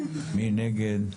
מי נגד?